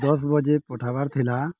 ଦଶ ବଜେ ପଠବାର ଥିଲା